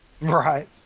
Right